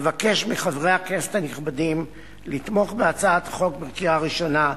אבקש מחברי הכנסת הנכבדים לתמוך בהצעת החוק בקריאה הראשונה,